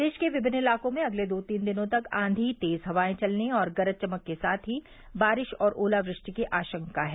प्रदेश के विभिन्न इलाकों में अगले दो तीन दिनों तक आंधी तेज़ हवाएं चलने और गरज चमक के साथ ही बारिश और ओलावृष्टि की आशंका है